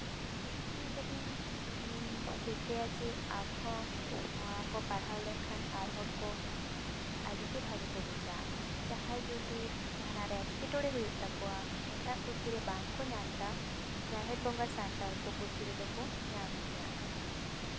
ᱠᱩᱥᱤᱭᱠᱟᱫᱟᱹᱧ ᱤᱧᱤᱧ ᱨᱤᱠᱟᱹᱭᱟ ᱡᱮ ᱟᱨᱦᱚᱸ ᱱᱚᱣᱟ ᱠᱚ ᱯᱟᱲᱦᱟᱣ ᱞᱮᱱᱠᱷᱟᱱ ᱟᱨ ᱦᱚᱲᱠᱚ ᱟᱹᱰᱤᱜᱮ ᱵᱷᱟᱜᱮ ᱠᱚ ᱵᱩᱡᱟ ᱡᱟᱦᱟᱸᱭ ᱡᱩᱫᱤ ᱡᱟᱦᱟᱱᱟᱜ ᱨᱮ ᱮᱸᱴᱠᱮᱴᱚᱲᱮ ᱦᱩᱭᱩᱜ ᱛᱟᱠᱚᱣᱟ ᱮᱴᱟᱜ ᱯᱩᱛᱷᱤᱨᱮ ᱵᱟᱝ ᱠᱚ ᱧᱟᱢ ᱫᱟ ᱡᱟᱦᱮᱨ ᱵᱚᱸᱜᱟ ᱥᱟᱱᱛᱟᱲ ᱠᱚ ᱯᱩᱛᱷᱤ ᱨᱮᱫᱚ ᱠᱚ ᱧᱟᱢ ᱜᱮᱭᱟ